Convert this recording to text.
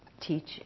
teach